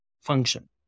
function